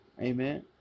Amen